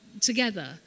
together